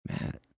Matt